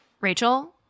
Rachel